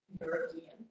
European